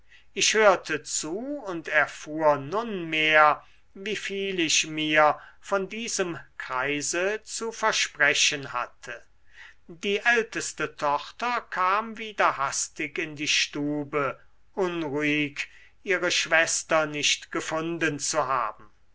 ich hörte zu und erfuhr nunmehr wie viel ich mir von diesem kreise zu versprechen hatte die älteste tochter kam wieder hastig in die stube unruhig ihre schwester nicht gefunden zu haben